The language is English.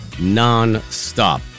non-stop